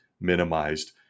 minimized